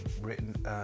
written